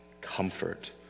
Comfort